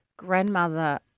grandmother